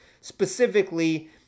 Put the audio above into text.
specifically